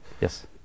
Yes